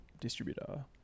distributor